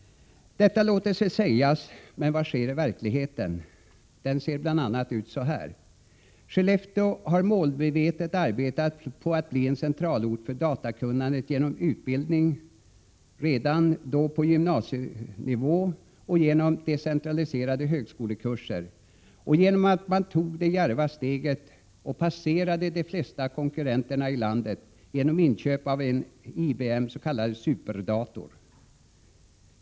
Detta låter sig sägas, men vad sker i verkligheten? Den ser ut bl.a. så här: Skellefteå har målmedvetet arbetat på att bli en centralort för datakunnandet genom att anordna utbildning redan på gymnasienivå, genom att starta decentraliserade högskolekurser och genom att ta det djärva steget — därigenom passerade man de flesta konkurrenter i landet — att inköpa en IBM s.k. superdator.